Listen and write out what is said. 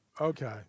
Okay